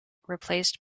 replaced